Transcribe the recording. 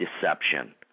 deception